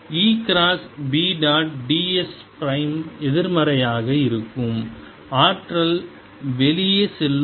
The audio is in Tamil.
இந்த E cross B dot ds prime எதிர்மறையாக இருக்கும் ஆற்றல் வெளியே செல்லும்